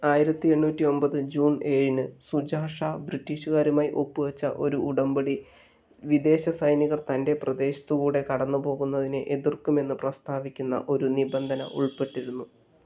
ആയിരത്തി എണ്ണൂറ്റി ഒൻപത് ജൂൺ ഏഴിന് സുജാ ഷാ ബ്രിട്ടീഷുകാരുമായി ഒപ്പുവച്ച ഒരു ഉടമ്പടി വിദേശ സൈനികർ തൻ്റെ പ്രദേശത്ത് കൂടെ കടന്നുപോകുന്നതിനെ എതിർക്കുമെന്ന് പ്രസ്താവിക്കുന്ന ഒരു നിബന്ധന ഉള്പ്പെട്ടിരുന്നു